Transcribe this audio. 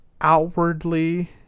outwardly